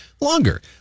longer